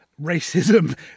racism